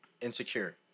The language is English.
insecure